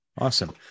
Awesome